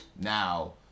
now